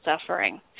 suffering